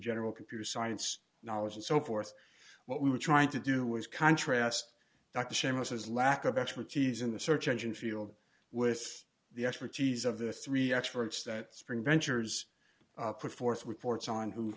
general computer science knowledge and so forth what we were trying to do was contrast that the same with his lack of expertise in the search engine field with the expertise of the three experts that spring ventures put forth reports on who